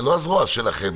זה לא הזרוע שלכם.